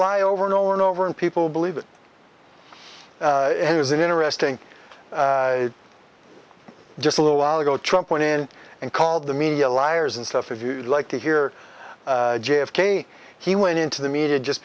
lie over and over and over and people believe it and there's an interesting just a little while ago trump went in and called the media liars and stuff if you'd like to hear j f k he went into the media just